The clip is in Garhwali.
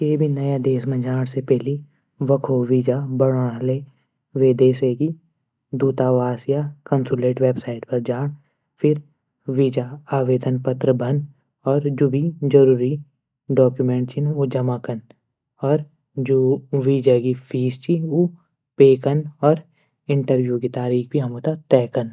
क्वी भी नयो देश मा जाण से पैली वखा बीजा बणौन ले। वे देशा दूतावास कन्सूलेट वैवसाइट पर जाण फिर बीजा आवेदक पत्र भन। और जू भी जरूरी डाक्यूमेंट च वा जमा कन अर जू बीजा फीस च पे कन और इंटरव्यू तारीख भी तय कन।